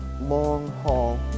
long-haul